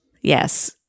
Yes